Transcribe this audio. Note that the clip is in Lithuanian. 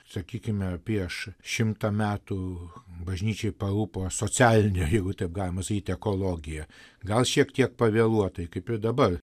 sakykime prieš šimtą metų bažnyčiai parūpo socialinė jeigu taip galima sakyti ekologija gal šiek tiek pavėluotai kaip ir dabar